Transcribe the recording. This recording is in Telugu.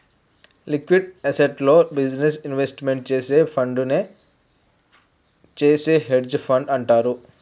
లిక్విడ్ అసెట్స్లో బిజినెస్ ఇన్వెస్ట్మెంట్ చేసే ఫండునే చేసే హెడ్జ్ ఫండ్ అంటారు